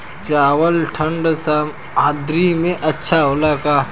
चावल ठंढ सह्याद्री में अच्छा होला का?